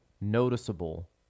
noticeable